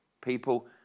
People